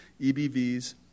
EBVs